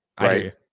Right